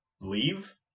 leave